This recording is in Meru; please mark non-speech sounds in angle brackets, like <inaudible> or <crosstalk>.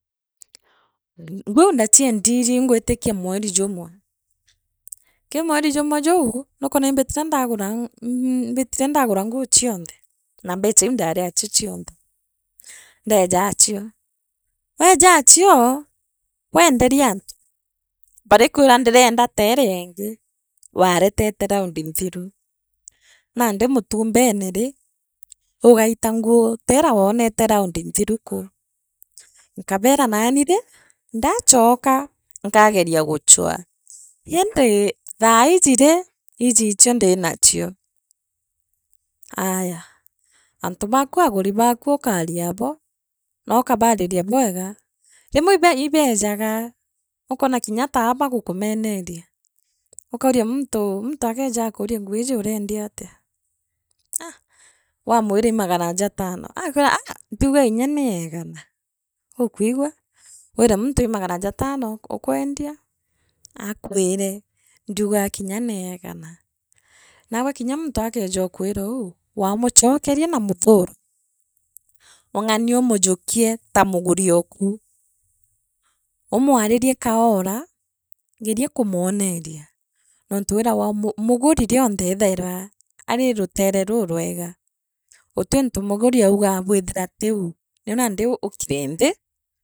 Nguu ngwitikia ndachiendirie mbuga mwerijumwe kii mwerijamwe juu nuukwana imbitire ndagura mm <hesitation> mbitire ndagura nguu chionthe naa mbecha iu ndariachio chionthe ndeejachio <noise> weejachio, <noise> weenderiantu barikwira ndirenda teeriengi <noise> waareteteta raundi nthiru nandi mutumbere rii ugarta nguu teena woonete raundu nthiru kuu <noise> nkabeera naani rii ndaachoka nkagena guchwaiindi <noise> thaa iji rii iiji ichio ndinachio aaya, antu baaku aaguri baaku ukaariabo nookabariria bwiga rimwe ibe ibeejaga ukoona taa kinya iiji uriendiatia aa waamwire ii magara jatano aakwiraa aa ndiugaa rya nii igana ukwigua wiire muntu ii magana jatano ukwendia aakwire ndiugaa kinya niigana naagwe kinya muntu akeejokwira ou waamuchokena na muthuro ung’ani umujukie ta muguri oku. umwaririe kaura geenia kumwoneria nontu <hesitation> muguri riu rionthe eethainwa ari ari rutere rurwega guti untu muguri augaa withira tiu ntii nandi ukire nthi.